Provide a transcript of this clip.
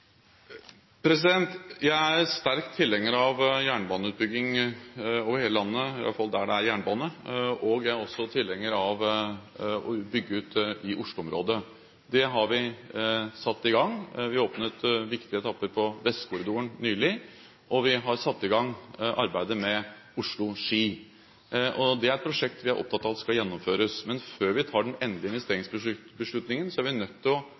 Jeg er sterk tilhenger av jernbaneutbygging over hele landet – iallfall der det er jernbane – og jeg er også tilhenger av å bygge ut i Oslo-området. Det har vi satt i gang. Vi åpnet nylig viktige etapper på Vestkorridoren, og vi har satt i gang arbeidet med Oslo–Ski. Dette er et prosjekt vi er opptatt av at skal gjennomføres, men før vi tar den endelige investeringsbeslutningen, er vi nødt til bl.a. å